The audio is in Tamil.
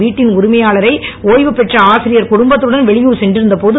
வீட்டின் டரிமையாளரான ஒய்வுபெற்ற ஆசிரியர் குடும்பத்துடன் வெளியூர் சென்றிருந்த போது